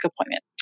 appointment